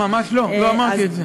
ממש לא, לא אמרתי את זה.